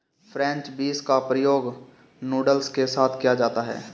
French beans का प्रयोग noodles के साथ किया जाता है